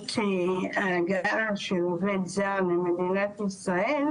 עלות ההגעה של העובד הזר במדינת ישראל,